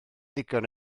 ddigon